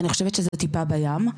אני חושבת שזה טיפה בים.